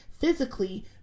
physically